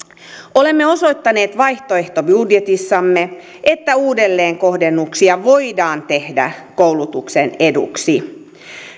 olemme osoittaneet vaihtoehtobudjetissamme että uudelleenkohdennuksia voidaan tehdä koulutuksen eduksi